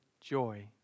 joy